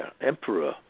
emperor